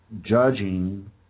judging